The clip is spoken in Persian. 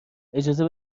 اجازه